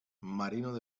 marino